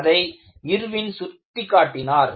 அதை இர்வின் சுட்டிக்காட்டினார்